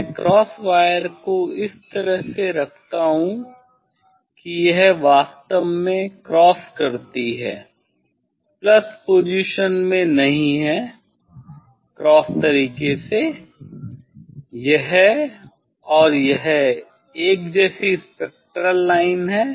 मैं cross wire को इस तरह रखता हूं कि यह वास्तव में क्रॉस करती है " पोजीशन में नहीं है क्रॉस तरीके से यह और यह एक जैसी स्पेक्ट्रल लाइन्स हैं